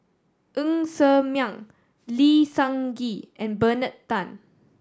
Ng Ser Miang Lee Seng Gee and Bernard Tan